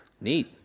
Neat